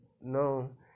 no